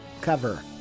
cover